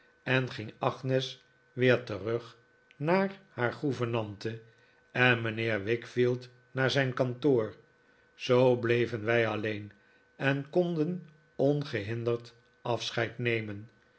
en ging agnes weer terug naar haar gouvernante en mijnheer wickfield naar zijn kantoor zoo bleven wij alleen en konden ongehinderd afscheid nemen